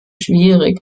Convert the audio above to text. schwierig